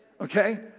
Okay